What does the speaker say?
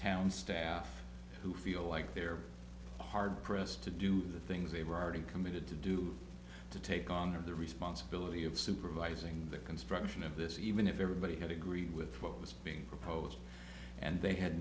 town staff who feel like they're hard pressed to do the things they've already committed to do to take on of the responsibility of supervising the construction of this even if everybody had agreed with what was being proposed and they had